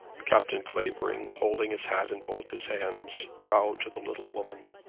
captain clavering holding his hat in both his hands bowed to the little woman.